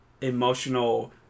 emotional